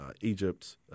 Egypt